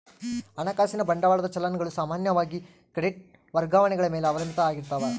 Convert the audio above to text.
ಹಣಕಾಸಿನ ಬಂಡವಾಳದ ಚಲನ್ ಗಳು ಸಾಮಾನ್ಯವಾಗಿ ಕ್ರೆಡಿಟ್ ವರ್ಗಾವಣೆಗಳ ಮೇಲೆ ಅವಲಂಬಿತ ಆಗಿರ್ತಾವ